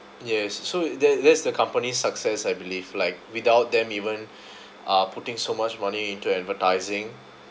yes so that that's the company's success I believe like without them even uh putting so much money into advertising